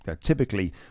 typically